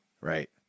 Right